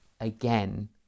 again